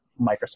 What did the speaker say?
Microsoft